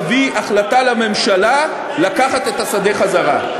אביא החלטה לממשלה לקחת את השדה חזרה.